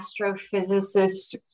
astrophysicist